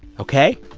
ok?